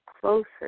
closer